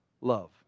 love